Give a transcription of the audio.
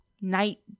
night